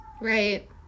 Right